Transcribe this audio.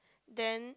then